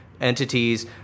entities